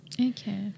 Okay